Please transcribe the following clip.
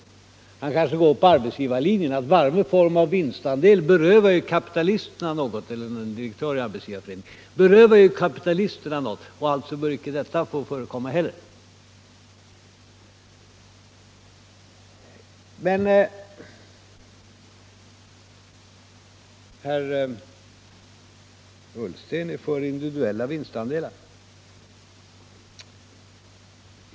Herr Bohman kanske går på arbetsgivarlinjen, att varje form av vinstandel berövar kapitalisterna något och att detta alltså inte bör få förekomma heller. Men herr Ullsten är för individuella vinstandelar.